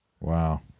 Wow